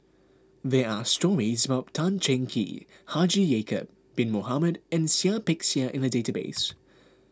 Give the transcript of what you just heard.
there are stories about Tan Cheng Kee Haji Ya'Acob Bin Mohamed and Seah Peck Seah in the database